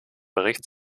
bericht